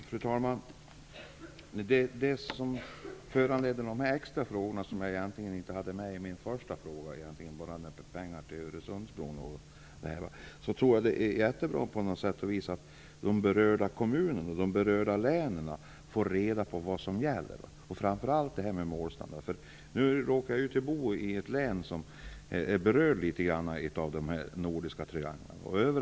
Fru talman! Det som föranledde de extra frågorna som jag inte hade med i min första fråga om EU medel till Öresundsbron är att jag tror att det är bra att på något sätt visa att de berörda kommunerna och länen får reda på vad som gäller, framför allt när det gäller frågan om målstandard. Nu råkar jag bo i ett län som berörs litet grand av de nordiska trianglarna.